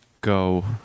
go